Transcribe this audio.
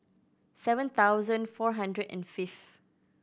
seven thousand four hundred and fifth